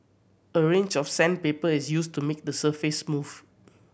a range of sandpaper is used to make the surface smooth